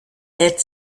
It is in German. lädt